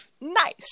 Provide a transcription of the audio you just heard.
nice